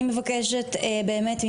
אני מבקשת באמת,